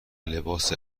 لباس